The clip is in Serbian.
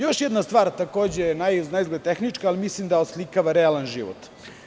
Još jedna stvar, naizgled tehnička, ali mislim da oslikava realan život.